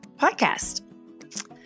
podcast